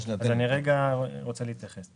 אז אני רוצה להתייחס.